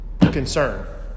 Concern